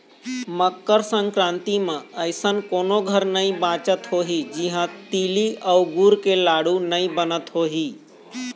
मकर संकरांति म अइसन कोनो घर नइ बाचत होही जिहां तिली अउ गुर के लाडू नइ बनत होही